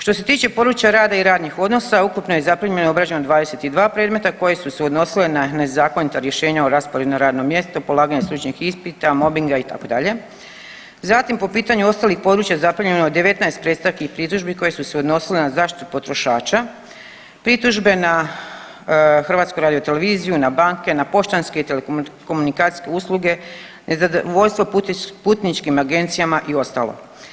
Što se tiče područja rada i radnih odnosa ukupno je zaprimljeno i obrađeno 22 predmeta koja su se odnosila na nezakonita rješenja o rasporedu na radno mjesto, polaganje stručnih ispita, mobinga itd., zatim po pitanju ostalih područja zaprimljeno je 19 predstavki i pritužbi koje su se odnosile na zaštitu potrošača, pritužbe na HRT, na banke, na poštanske i telekomunikacijske usluge, nezadovoljstvo putničkim agencijama i ostalo.